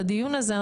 בדיון הזה,